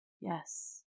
Yes